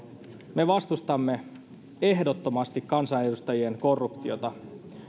me vastustamme ehdottomasti kansanedustajien korruptiota